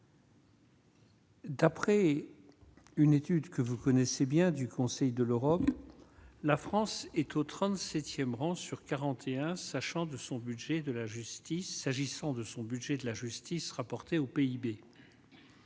D'après une étude que vous connaissez bien du Conseil de l'Europe, la France est au 37ème rang sur 41 sachant de son budget de la justice, s'agissant